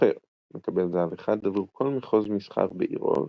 סוחר - מקבל זהב אחד עבור כל מחוז מסחר בעירו,